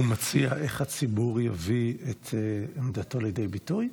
הוא מציע איך הציבור יביא את עמדתו לידי ביטוי?